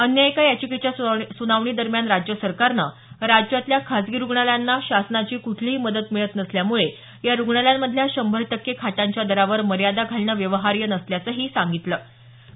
अन्य एका याचिकेच्या सुनावणी दरम्यान राज्य सरकारनं राज्यातल्या खासगी रुग्णालयांना शासनाची कुठलीही मदत मिळत नसल्यामुळे या रुग्णालयांमधल्या शंभर टक्के खाटांच्या दरावर मर्यादा घालणं व्यवहार्य नसल्याचंही मुंबई उच्च न्यायालयात स्पष्ट केलं